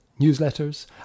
newsletters